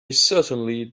certainly